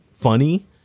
funny